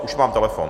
Už mám telefon.